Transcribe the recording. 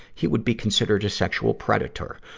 he would be considered a sexual predator,